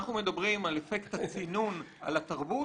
אנחנו מדברים על אפקט הצינון על התרבות,